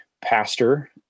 pastor